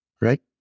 right